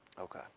Okay